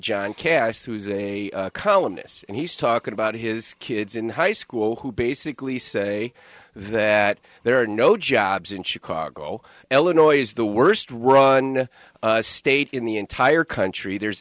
john kass who's a columnist and he's talking about his kids in high school who basically say that there are no jobs in chicago illinois is the worst run state in the entire country there's